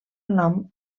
nom